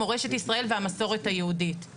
מורשת ישראל והמסורת היהודית".